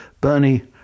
Bernie